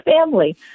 family